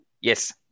yes